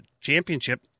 championship